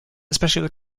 especially